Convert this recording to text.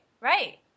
right